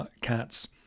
cats